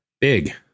Big